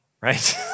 right